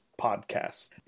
podcast